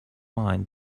mind